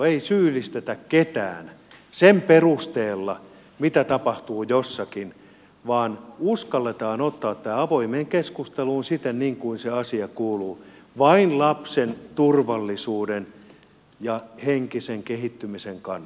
ei syyllistetä ketään sen perusteella mitä tapahtuu jossakin vaan uskalletaan ottaa tämä avoimeen keskusteluun siten niin kuin se asia kuuluu vain lapsen turvallisuuden ja henkisen kehittymisen kannalta